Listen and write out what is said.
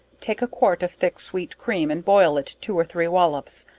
take a quart of thick sweet cream and boil it two or three wallops,